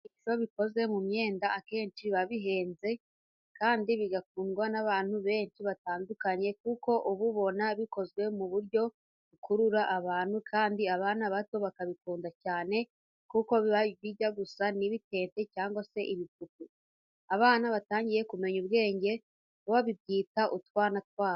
Ibikinisho bikoze mu myenda akenshi biba bihenze, kandi bigakundwa n'abantu benshi batandukanye kuko uba ubona bikozwe mu buryo bukurura abantu kandi abana bato bakabikunda cyane kuko biba bijya gusa n'ibitente cyangwa se ibipupe, abana batangiye kumenya ubwenge bo bakabyita utwana twabo.